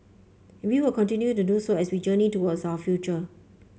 and we will continue to do so as we journey towards our future